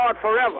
forever